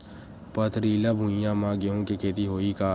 पथरिला भुइयां म गेहूं के खेती होही का?